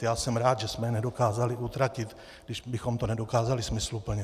Já jsem rád, že jsme je nedokázali utratit, když bychom to nedokázali smysluplně.